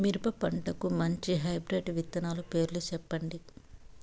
మిరప పంటకు మంచి హైబ్రిడ్ విత్తనాలు పేర్లు సెప్పండి?